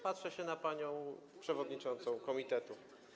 Patrzę się na panią przewodniczącą komitetu.